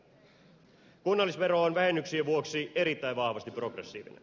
kunnallisvero on vähennyksien vuoksi erittäin vahvasti progressiivinen